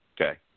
Okay